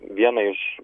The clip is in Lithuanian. vieną iš